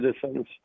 citizens